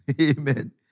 Amen